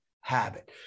habit